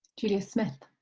julia smith.